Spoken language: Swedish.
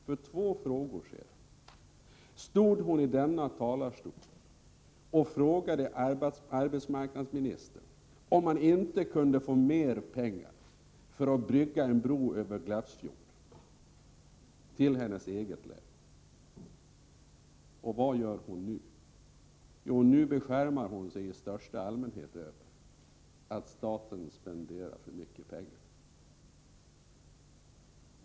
För någon timme sedan stod hon i talarstolen och frågade arbetsmarknadsministern om man inte kunde få mer pengar för att bygga en bro över Glafsfjorden i hennes län. Och vad gör hon nu? Jo, nu beskärmar hon sig i största allmänhet över att staten spenderar för mycket pengar.